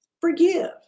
forgive